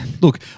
Look